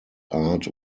art